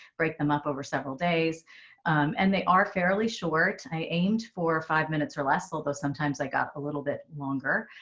break them up over several days and they are fairly short. i aimed for five minutes or less, although sometimes i got a little bit longer.